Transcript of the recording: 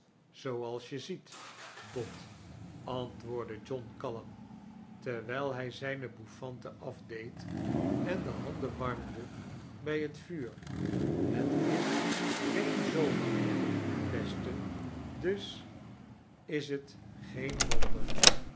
zooals je ziet dot antwoordde john kalm terwijl hij zijne bouffante afdeed en de handen wannde bij bet vuur het is geea zomerweer beste dus is t geen wonder